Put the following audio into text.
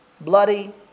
bloody